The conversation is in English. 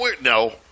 no